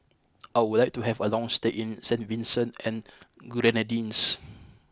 I would like to have a long stay in Saint Vincent and Grenadines